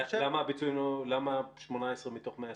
למה 18 מתוך 128?